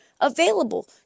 available